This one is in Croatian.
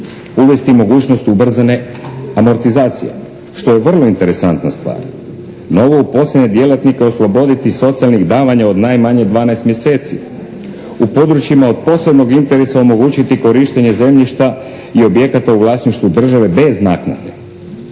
Uvesti mogućnost ubrzane amortizacije što je vrlo interesantna stvar, novo uposlene djelatnike osloboditi socijalnih davanja od najmanje 12 mjeseci, u područjima od posebnog interesa omogućiti korištenje zemljišta i objekata u vlasništvu države bez naknade,